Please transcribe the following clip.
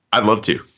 i'd love to.